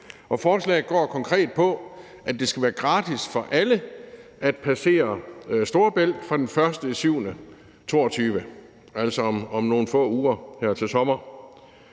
Forslaget går konkret på, at det skal være gratis for alle at passere Storebælt fra den 1.